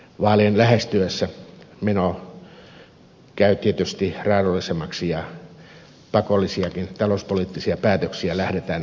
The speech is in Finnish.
vaalien lähestyessä meno käy tietysti raadollisemmaksi ja pakollisiakin talouspoliittisia päätöksiä lähdetään kritisoimaan